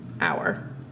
hour